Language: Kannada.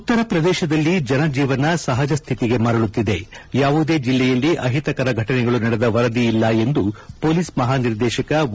ಉತ್ತರ ಪ್ರದೇಶದಲ್ಲಿ ಜನಜೀವನ ಸಹಜ ಸ್ವಿತಿಗೆ ಮರುಳುತ್ತಿದೆ ಎಂದು ಯಾವುದೇ ಜಿಲ್ಲೆಯಲ್ಲಿ ಅಹಿತಕರ ಫಟನೆಗಳು ನಡೆದ ವರದಿ ಇಲ್ಲ ಎಂದು ಪೊಲೀಸ್ ಮಹಾನಿರ್ದೇಶಕ ಓ